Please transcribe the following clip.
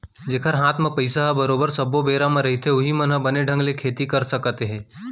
जेखर हात म पइसा ह बरोबर सब्बो बेरा म रहिथे उहीं मन ह बने ढंग ले खेती कर सकत हे